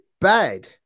bad